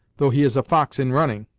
though he is a fox in running.